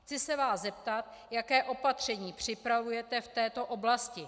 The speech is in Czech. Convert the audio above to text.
Chci se vás zeptat, jaká opatření připravujete v této oblasti.